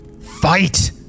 Fight